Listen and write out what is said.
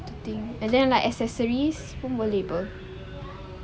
to think and then like accessories pun boleh [pe]